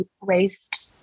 raised